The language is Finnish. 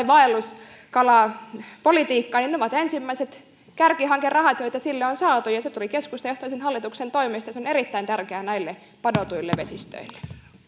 vaelluskalapolitiikkaa niin ne ovat ensimmäiset kärkihankerahat joita sille on saatu ja ja se tuli keskustajohtoisen hallituksen toimesta se on erittäin tärkeää näille padotuille vesistöille